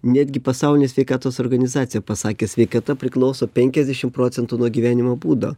netgi pasaulinė sveikatos organizacija pasakė sveikata priklauso penkiasdešim procentų nuo gyvenimo būdo